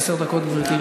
עשר דקות, גברתי,